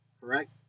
correct